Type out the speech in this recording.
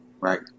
Right